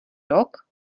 rok